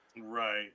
Right